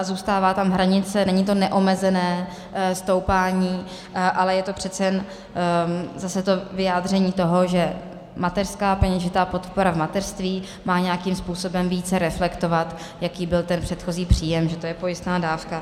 Zůstává tam hranice, není to neomezené stoupání, ale je to přece jen zase vyjádření toho, že mateřská, peněžitá podpora v mateřství, má nějakým způsobem více reflektovat, jaký byl předchozí příjem, že to je pojistná dávka.